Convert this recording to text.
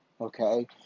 okay